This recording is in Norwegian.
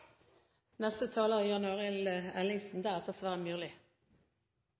Neste taler er Sverre